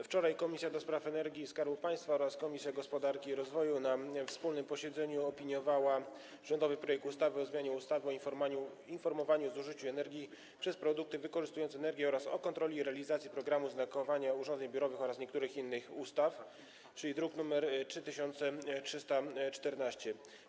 Wczoraj Komisja do Spraw Energii i Skarbu Państwa oraz Komisja Gospodarki i Rozwoju na wspólnym posiedzeniu opiniowała rządowy projekt ustawy o zmianie ustawy o informowaniu o zużyciu energii przez produkty wykorzystujące energię oraz o kontroli realizacji programu znakowania urządzeń biurowych oraz niektórych innych ustaw, druk nr 3314.